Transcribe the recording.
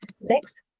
Next